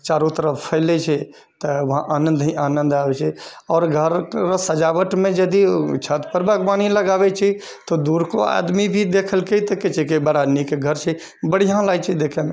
चारू तरफ फैलै छै तऽ वहाँ आनन्द ही आनन्द आबै छै आओर घररऽ सजावटमे यदि छतपर बागवानी लगाबै छी तऽ दूरकऽ आदमी भी देखलकै तऽ कहै छै बड़ा नीक घर छै बढ़िआँ लागै छै देखैमे